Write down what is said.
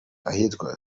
ahitwa